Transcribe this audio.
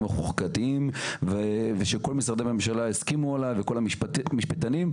החוקתיים ושכל משרדי הממשלה יסכימו אליו וכל המשפטנים.